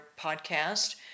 podcast